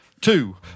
two